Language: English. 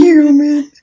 Human